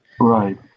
Right